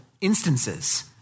instances